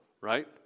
right